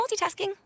multitasking